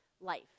life